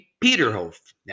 Peterhof